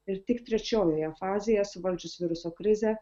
ir tik trečiojoje fazėje suvaldžius viruso krizę